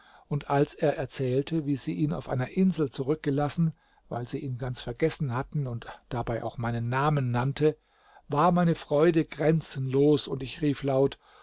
und als er erzählte wie sie ihn auf einer insel zurückgelassen weil sie ihn ganz vergessen hatten und dabei auch meinen namen nannte war meine freude grenzenlos und ich rief laut